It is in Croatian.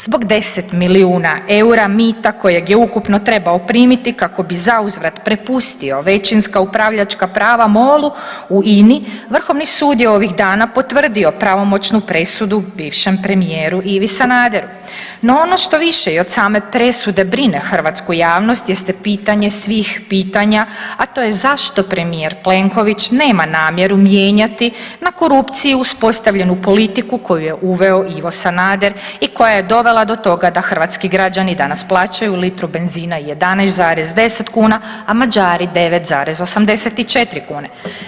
Zbog 10 milijuna eura mita kojeg je ukupno trebao primiti, kako bi zauzvrat prepustio većinska upravljačka prava MOL-u u INI, Vrhovni sud je ovih dana potvrdio pravomoćnu presudu bivšem premijeru Ivi Sanadru, no ono što više i od same presude brine hrvatsku javnost, jeste pitanje svih pitanja, a to je zašto premijer Plenković nema namjeru mijenjati na korupciji uspostavljenu politiku koju je uveo Ivo Sanader i koja je dovela do toga da hrvatski građani danas plaćaju litru benzina 11,10 kuna, a Mađari 9,84 kune.